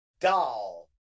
doll